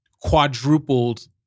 quadrupled